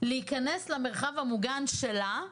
להיכנס למרחב המוגן שלהם